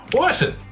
Listen